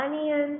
onions